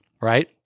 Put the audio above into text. right